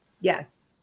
yes